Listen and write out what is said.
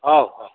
ହଉ ହଉ